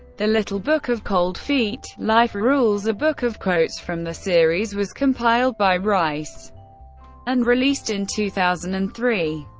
the little book of cold feet life rules, a book of from the series, was compiled by rice and released in two thousand and three.